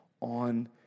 on